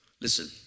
Listen